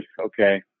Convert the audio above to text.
okay